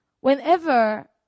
whenever